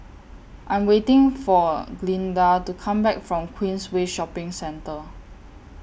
I Am waiting For Glynda to Come Back from Queensway Shopping Centre